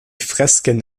fresken